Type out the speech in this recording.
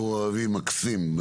בחור ערבי, מקסים.